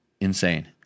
Insane